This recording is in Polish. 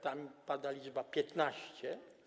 Tam pada liczba 15.